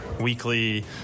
weekly